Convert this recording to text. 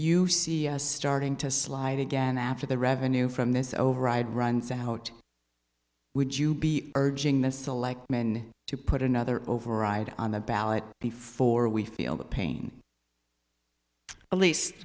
you see starting to slide again after the revenue from this override runs out would you be urging the selectmen to put another override on the ballot before we feel the pain elise